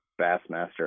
Bassmaster